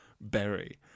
berry